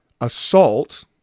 assault